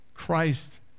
Christ